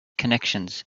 connections